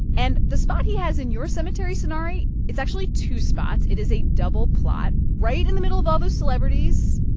and the spot he has in your cemetery, sonari it's actually two spots. it is a double plot right in the middle of all these celebrities.